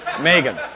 Megan